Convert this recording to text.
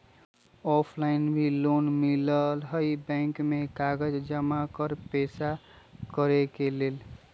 Offline भी loan मिलहई bank में कागज जमाकर पेशा करेके लेल?